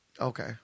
Okay